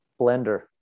Blender